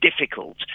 difficult